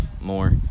more